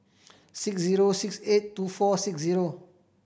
six zero six eight two four six zero